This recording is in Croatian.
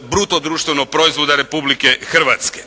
bruto društvenog proizvoda Republike Hrvatske.